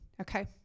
Okay